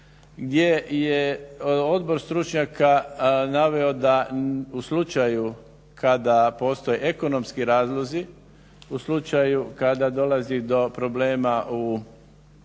gdje je odbor stručnjaka naveo da u slučaju kada postoje ekonomski razlozi, u slučaju kada dolazi do problema u